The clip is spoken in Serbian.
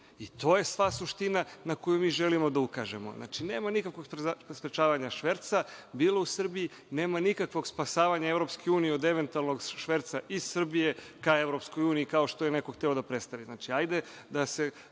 I to je sva suština na koju mi želimo da ukažemo. Znači, nema više sprečavanja šverca, bilo u Srbiji, nema nikakvog spasavanja EU od eventualnog šverca iz Srbije ka EU, kao što je neko hteo da predstavi. Hajde da se